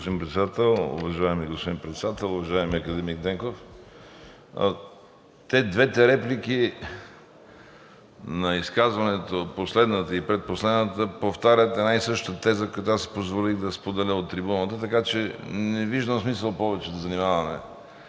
господин Председател. Уважаеми господин Председател, уважаеми академик Денков, двете реплики на изказването – последната и предпоследната – повтарят една и съща теза, която аз си позволих да споделя от трибуната, така че не виждам смисъл повече да занимаваме